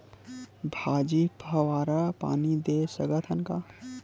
भाजी फवारा पानी दे सकथन का?